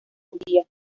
judía